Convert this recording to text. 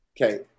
Okay